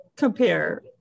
compare